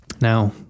Now